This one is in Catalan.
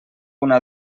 una